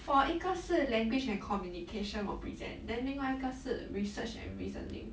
for 一个是 language and communication 我 present then 另外一个是 research and reasoning